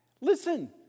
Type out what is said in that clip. Listen